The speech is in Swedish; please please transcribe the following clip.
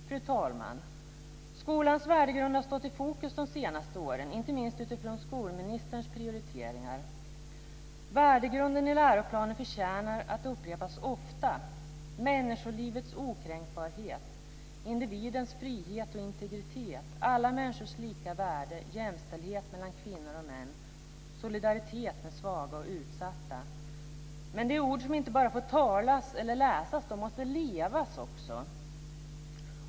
Fru talman! Skolans värdegrund har stått i fokus de senaste åren, inte minst utifrån skolministerns prioriteringar. Värdegrunden i läroplanen förtjänar att upprepas ofta: människolivets okränkbarhet, individens frihet och integritet, alla människors lika värde, jämställdhet mellan kvinnor och män, solidaritet med svaga och utsatta. Men det är ord som inte bara får uttalas eller läsas, de måste också överföras i praktisk handling.